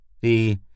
The